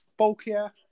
Bulkier